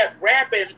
rapping